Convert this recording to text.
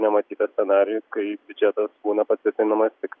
nematytą scenarijų kai biudžetas būna patikrinamas tik